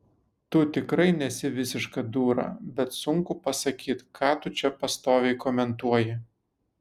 tu tikrai nesi visiška dūra bet sunku pasakyt ką tu čia pastoviai komentuoji